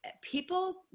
people